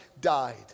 died